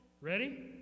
ready